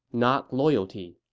not loyalty.